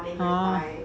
orh